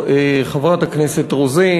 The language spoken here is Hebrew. חברת הכנסת רוזין,